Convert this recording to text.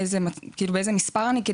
באיזה מספר אני בתור,